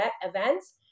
events